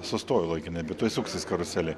sustoju laikinai bet tuoj suksis karuselė